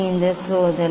இது சோதனை